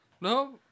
No